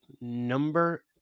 number